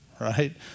right